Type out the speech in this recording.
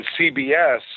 CBS